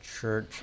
church